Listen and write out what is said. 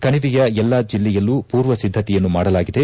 ಕಣಿವೆಯ ಎಲ್ಲಾ ಜಿಲ್ಲೆಯಲ್ಲೂ ಪೂರ್ವ ಸಿದ್ದತೆಯನ್ನು ಮಾಡಲಾಗಿದೆ